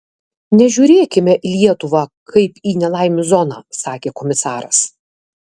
nežiūrėkime į lietuvą kaip į nelaimių zoną sakė komisaras